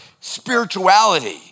spirituality